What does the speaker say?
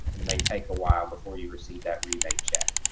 it may take a while before you receive that rebate check.